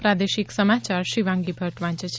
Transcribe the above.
પ્રાદેશિક સમાયાર શિવાંગી ભદ્દ વાંચે છે